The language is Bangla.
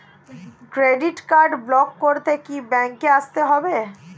ক্রেডিট কার্ড ব্লক করতে কি ব্যাংকে আসতে হবে?